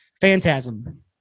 Phantasm